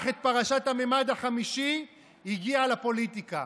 את פרשת המימד החמישי הגיע לפוליטיקה.